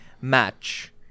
match